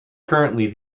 currently